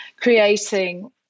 creating